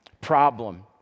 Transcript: problem